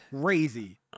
crazy